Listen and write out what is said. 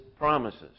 promises